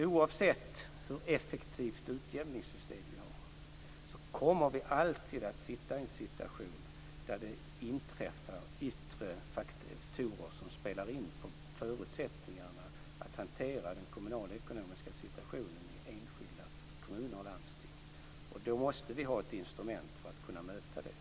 Oavsett hur effektivt utjämningssystem vi har kommer vi alltid att hamna i en situation där det inträffar yttre faktorer som påverkar förutsättningarna för att hantera den kommunala ekonomiska situationen i enskilda kommuner och landsting. Då måste vi ha ett instrument för att kunna möta detta.